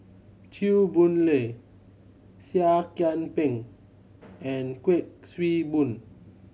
Chew Boon Lay Seah Kian Peng and Kuik Swee Boon